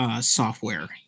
software